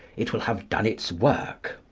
it will have done its work.